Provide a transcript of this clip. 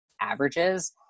averages